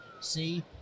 see